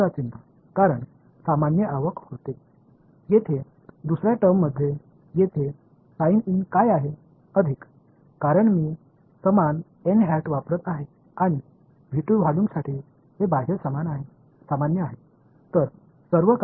இங்கே இரண்டாவது வெளிப்பாட்டில் இங்கே பிளஸ் அடையாளம் உள்ளது நான் ஏன் இதைப் பயன்படுத்துகிறேன் என்றாள் கொள்ளவிற்கு இது வெளிப்புற இயல்பானது எனவே எல்லாமே சீரானது